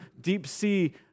deep-sea